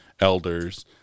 elders